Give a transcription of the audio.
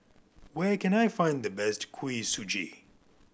where can I find the best Kuih Suji